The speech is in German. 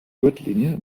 gürtellinie